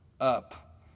up